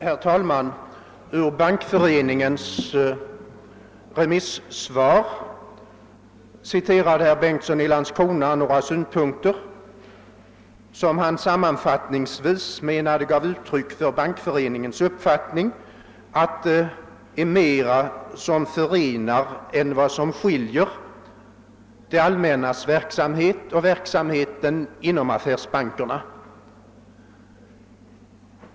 Herr talman! Ur Bankföreningens remissyttrande citerade herr Bengtsson i Landskrona några synpunkter som han sammanfattningsvis menade gav uttryck för Bankföreningens uppfattning att det är mera som förenar än som skiljer det allmännas verksamhet och verksamheten inom affärsbankerna.